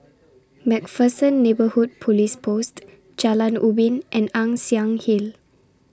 MacPherson Neighbourhood Police Post Jalan Ubin and Ann Siang Hill